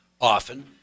often